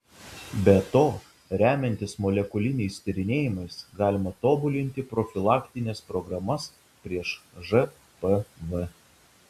be to remiantis molekuliniais tyrinėjimais galima tobulinti profilaktines programas prieš žpv